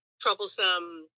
troublesome